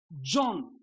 John